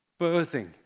birthing